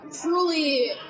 truly